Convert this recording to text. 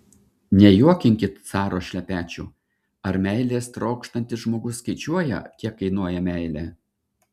nejuokinkit caro šlepečių ar meilės trokštantis žmogus skaičiuoja kiek kainuoja meilė